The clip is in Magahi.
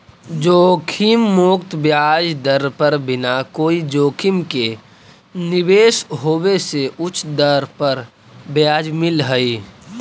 जोखिम मुक्त ब्याज दर पर बिना कोई जोखिम के निवेश होवे से उच्च दर पर ब्याज मिलऽ हई